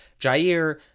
Jair